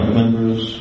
members